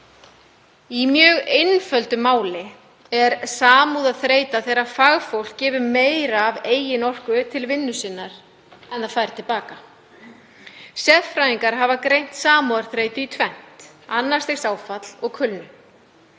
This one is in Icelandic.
Í mjög einfölduðu máli er samúðarþreyta þegar fagfólk gefur meira af eigin orku til vinnu sinnar en það fær til baka. Sérfræðingar hafa greint samúðarþreytu í tvennt, annars stigs áfall og kulnun.